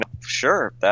sure